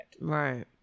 Right